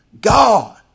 God